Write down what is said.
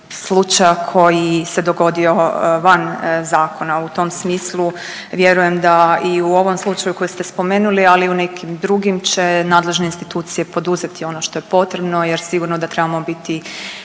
slučaja koji se dogodio van zakona. U tom smislu vjerujem da i u ovom slučaju koji ste spomenuli, ali i u nekim drugim će nadležne institucije poduzeti ono što je potrebno jer sigurno da trebamo biti